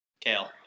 Kale